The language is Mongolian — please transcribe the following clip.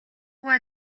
гуай